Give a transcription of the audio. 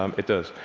um it does.